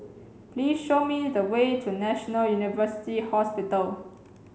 please show me the way to National University Hospital